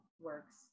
works